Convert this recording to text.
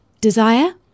Desire